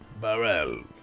Barrel